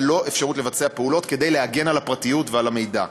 בלא אפשרות לבצע פעולות כדי להגן על הפרטיות ועל המידע.